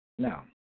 Now